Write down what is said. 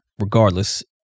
regardless